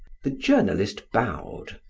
the journalist bowed,